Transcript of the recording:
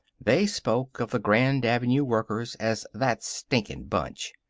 they spoke of the grand avenue workers as that stinkin' bunch.